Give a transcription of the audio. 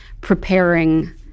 preparing